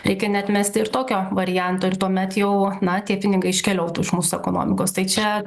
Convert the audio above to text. reikia neatmesti ir tokio varianto ir tuomet jau na tie pinigai iškeliautų iš mūsų ekonomikos tai čia spekuliacijų erdvei yra vietos tikrai nemažai